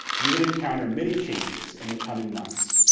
you would encounter many changes in the coming months.